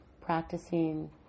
practicing